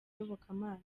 iyobokamana